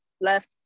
left